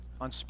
on